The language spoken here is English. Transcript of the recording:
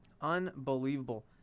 Unbelievable